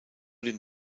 den